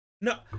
No